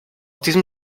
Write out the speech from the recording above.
diesem